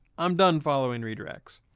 i'm done following redirects.